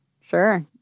sure